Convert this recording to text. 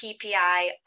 PPI